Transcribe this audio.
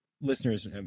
listeners